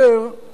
לא פתאום,